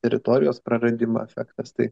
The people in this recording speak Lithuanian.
teritorijos praradimo efektas tai